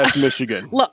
Michigan